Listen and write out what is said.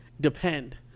depend